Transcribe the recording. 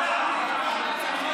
לא, לא.